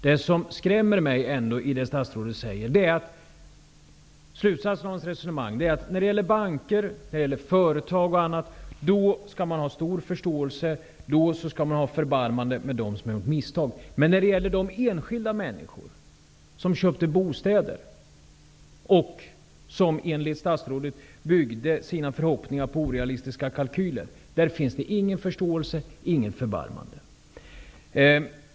Det statsrådet säger skrämmer mig, eftersom slutsatsen av hans resonemang är att man skall ha stor förståelse för banker och företag och att man skall ha förbarmande med dem som begått misstag, medan det för de enskilda människor som köpte bostäder och som enligt statsrådet byggde sina förhoppningar på orealistiska kalkyler inte finns någon förståelse och inget förbarmande.